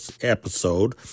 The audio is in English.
episode